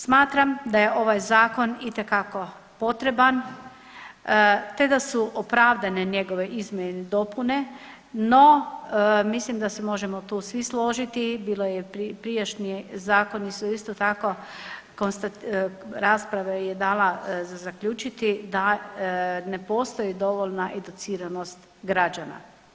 Smatram da je ovaj zakon itekako potreban te da su opravdane njegove izmjene i dopune, no mislim da se tu možemo svi složiti bilo je prijašnji zakoni su isto tako rasprava je dala za zaključiti da ne postoji dovoljna educiranost građana.